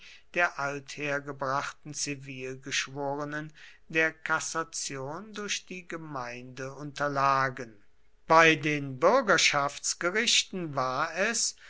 der althergebrachten zivilgeschworenen der kassation durch die gemeinde unterlagen bei den bürgerschaftsgerichten war es